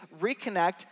reconnect